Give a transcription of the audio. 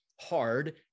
hard